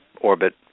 orbit